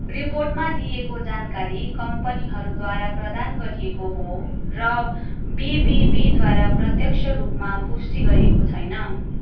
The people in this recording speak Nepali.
रिपोर्टमा दिइएको जानकारी कम्पनीहरूद्वारा प्रदान गरिएको हो र बिबिबीद्वारा प्रत्यक्ष रूपमा पुष्टि गरिएको छैन